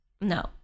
no